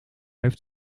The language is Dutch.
heeft